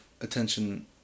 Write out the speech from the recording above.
attention